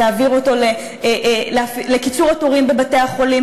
תעביר אותו לקיצור התורים בבתי-החולים,